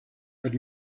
but